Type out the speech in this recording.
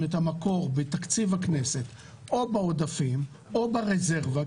את המקור בתקציב הכנסת או בעודפים או ברזרבה,